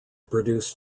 produce